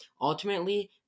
Ultimately